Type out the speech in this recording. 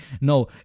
No